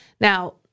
Now